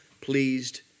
pleased